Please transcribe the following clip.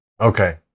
Okay